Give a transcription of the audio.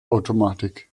automatik